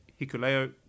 Hikuleo